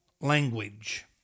language